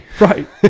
Right